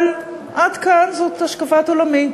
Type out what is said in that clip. עד כאן זאת השקפת עולמי.